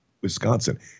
Wisconsin